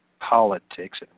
politics